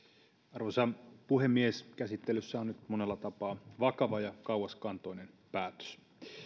arvoisa puhemies käsittelyssä on nyt monella tapaa vakava ja kauaskantoinen päätös